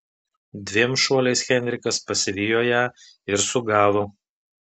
dviem šuoliais henrikas pasivijo ją ir sugavo